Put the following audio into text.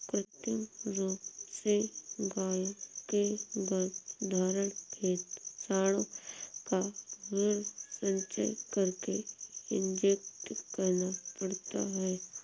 कृत्रिम रूप से गायों के गर्भधारण हेतु साँडों का वीर्य संचय करके इंजेक्ट करना पड़ता है